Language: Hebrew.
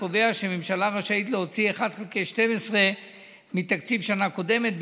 שקובע שהממשלה רשאית להוציא 1/12 מתקציב שנה קודמת.